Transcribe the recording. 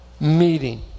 meeting